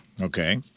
Okay